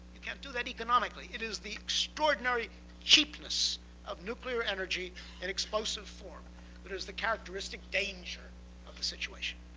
you can't do that economically. it is the extraordinary cheapness of nuclear energy in explosive form that is the characteristic danger of the situation.